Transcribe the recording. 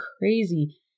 crazy